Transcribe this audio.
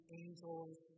angels